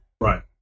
right